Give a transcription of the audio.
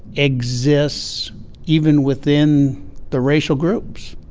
exists even within the racial groups.